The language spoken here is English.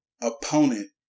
opponent